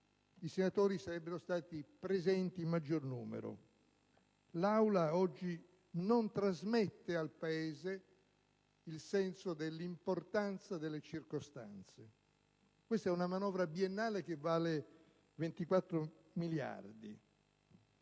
i senatori sarebbero stati presenti in maggiore numero: l'Aula oggi non trasmette al Paese il senso dell'importanza delle circostanze. Questa è una manovra biennale che vale 24 miliardi